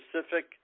specific